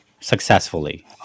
successfully